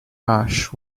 ash